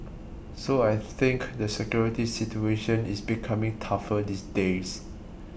so I think the security situation is becoming tougher these days